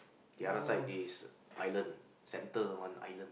the other side is island centre one island